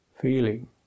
feeling